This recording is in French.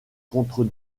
contre